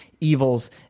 evils